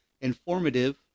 informative